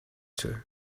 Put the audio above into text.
two